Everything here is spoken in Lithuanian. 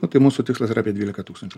na tai mūsų tikslas yra apie dvylika tūkstančių